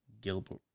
Gilbert